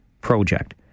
project